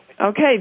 Okay